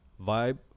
vibe